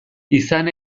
izan